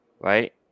right